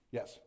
Yes